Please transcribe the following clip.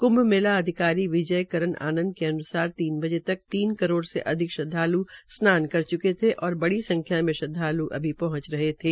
कृंभ मेला अधिकारी विजय करन आनंद के अन्सार तीन बजे तक तीन करोड़ से अधिक श्रद्वाल् स्नान कर च्के थे और बड़ी संख्या में श्रद्वाल् सभी पहंच रहे थे